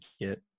get